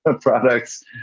products